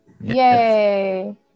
Yay